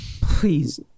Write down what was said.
Please